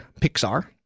Pixar